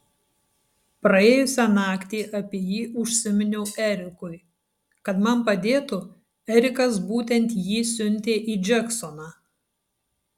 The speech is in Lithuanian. praėjusią naktį apie jį užsiminiau erikui kad man padėtų erikas būtent jį siuntė į džeksoną